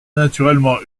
naturellement